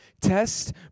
Test